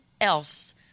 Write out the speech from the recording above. else